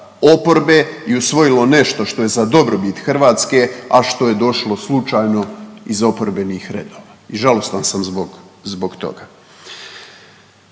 oporbe i usvojilo nešto što je za dobrobit Hrvatske, a što je došlo slučajno iz oporbenih redova i žalostan sam zbog toga.